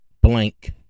blank